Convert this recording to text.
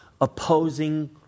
opposing